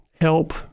help